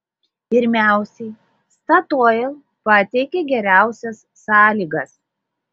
pirmiausiai statoil pateikė geriausias sąlygas